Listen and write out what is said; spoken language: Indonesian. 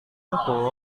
cukup